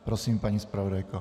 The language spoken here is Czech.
Prosím, paní zpravodajko.